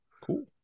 Cool